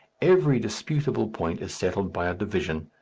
every disputable point is settled by a division,